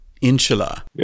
Inshallah